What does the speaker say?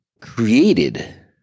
created